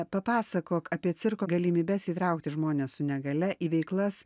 papasakok apie cirko galimybes įtraukti žmones su negalia į veiklas